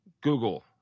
Google